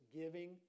giving